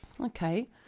Okay